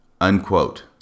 unquote